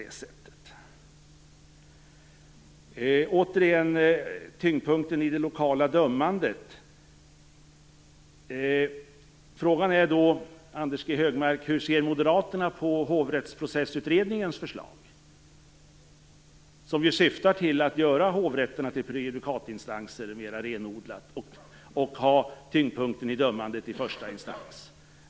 När det gäller tyngpunkten i det lokala dömande är frågan hur Anders G Högmark och moderaterna ser på Hovrättsprocessutredningens förslag? Det syftar ju till att göra hovrätterna till mer renodlade prejudikatinstanser och till att lägga tyngdpunkten i dömandet i första instans.